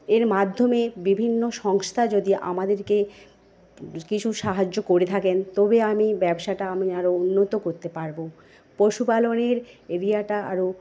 এর মাধ্যমে বিভিন্ন সংস্থা যদি আমাদেরকে কিছু সাহায্য করে থাকেন তবে আমি ব্যবসাটা আমি আরো উন্নত করতে পারবো পশুপালনের এরিয়াটা আরো